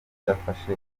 adafashe